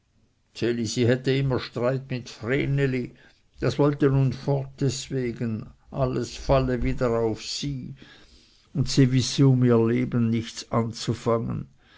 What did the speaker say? hätte immer streit mit vreneli das wolle nun fort deswegen uli wolle fort alles falle wieder auf sie und sie wisse um ihr leben nichts anzufangen